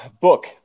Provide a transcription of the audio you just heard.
Book